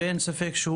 ואין ספק שהוא